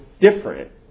different